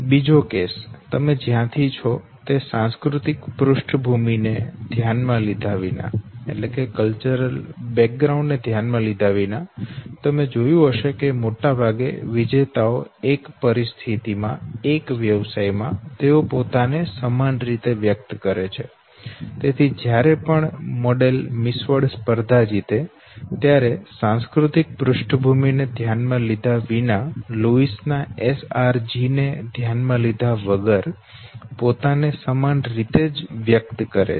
બીજો કેસ તમે જ્યાંથી છો તે સાંસ્કૃતિક પૃષ્ઠભૂમિ ને ધ્યાનમાં લીધા વિના તમે જોયું હશે કે મોટાભાગે વિજેતાઓ એક પરિસ્થિતિમાં એક વ્યવસાયમાં તેઓ પોતાને સમાન રીતે વ્યક્ત કરે છે તેથી જ્યારે પણ મોડલ મિસ વર્લ્ડ સ્પર્ધા જીતે ત્યારે સાંસ્કૃતિક પૃષ્ઠભૂમિ ને ધ્યાનમાં લીધા વિના લુઇસ ના SRG ને ધ્યાનમાં લીધા વગર પોતાને સમાન રીતે જ વ્યક્ત કરે છે